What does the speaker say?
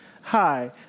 Hi